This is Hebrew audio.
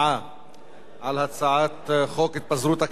על הצעת חוק התפזרות הכנסת השמונה-עשרה,